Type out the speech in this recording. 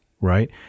right